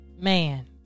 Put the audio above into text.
man